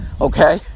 okay